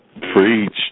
Preach